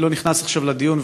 אני לא נכנס עכשיו לדיון,